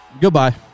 Goodbye